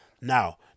now